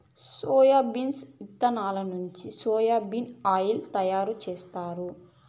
soybeans ఇత్తనాల నుంచి soya bean oil ను తయారు జేత్తారు